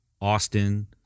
Austin